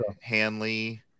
Hanley